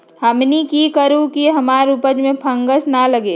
हमनी की करू की हमार उपज में फंगस ना लगे?